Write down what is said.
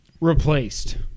Replaced